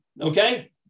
Okay